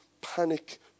panic